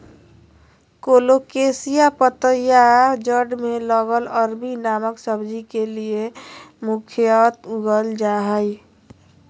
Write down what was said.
colocasia पत्तियां जड़ में लगल अरबी नामक सब्जी के लिए मुख्यतः उगाल जा हइ